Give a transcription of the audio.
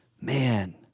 Man